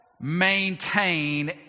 maintain